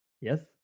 Yes